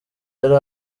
yari